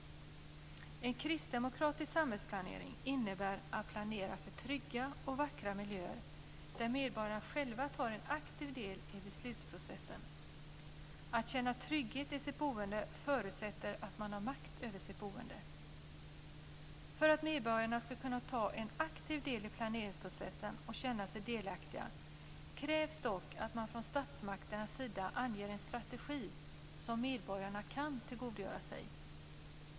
En kristdemokratisk samhällsplanering innebär att planera för trygga och vackra miljöer där medborgarna själva aktivt tar del i beslutsprocessen. Att känna trygghet i sitt boende förutsätter att man har makt över sitt boende. För att medborgarna aktivt ska kunna ta del i planeringsprocessen och känna sig delaktiga krävs det dock att man från statsmakternas sida anger en strategi som medborgarna kan tillgodogöra sig.